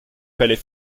palais